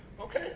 okay